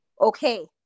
Okay